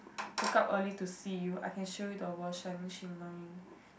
woke up early to see you I can show you the world shining shimmering